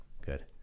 Good